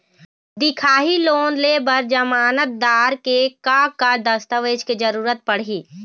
दिखाही लोन ले बर जमानतदार के का का दस्तावेज के जरूरत पड़ही?